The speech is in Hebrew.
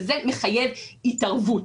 וזה מחייב התערבות,